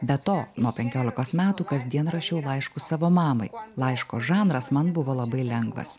be to nuo penkiolikos metų kasdien rašiau laiškus savo mamai laiško žanras man buvo labai lengvas